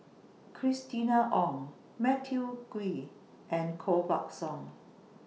Christina Ong Matthew Ngui and Koh Buck Song